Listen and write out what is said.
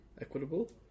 equitable